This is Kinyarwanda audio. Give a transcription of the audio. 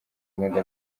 ubundi